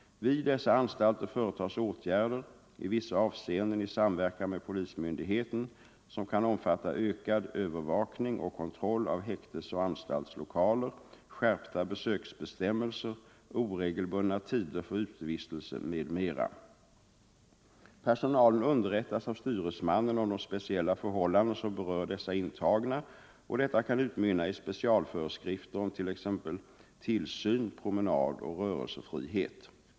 Vid dessa anstalter företas åtgärder, som kan omfatta ökad övervakning och kontroll av häktesoch anstaltslokaler, skärpta besöksbestämmelser, oregelbundna tider för utevistelse m.m. Personalen underrättas av styresmannen om de speciella förhållanden som berör dessa intagna, och detta kan utmynna i specialföreskrifter om t.ex. tillsyn, promenad och rörelsefrihet.